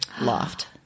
loft